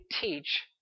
teach